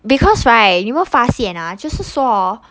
because right 你有没有发现啊就是说 orh